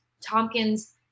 Tompkins